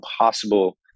impossible